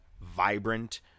vibrant